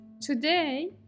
today